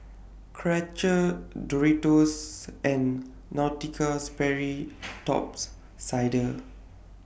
Karcher Doritos and Nautica Sperry Top Sider